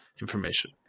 information